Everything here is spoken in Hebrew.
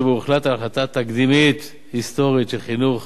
שבו הוחלט על ההחלטה התקדימית-היסטורית של חינוך